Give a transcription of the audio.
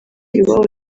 iwabo